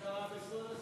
כאן דוברים שפות שונות,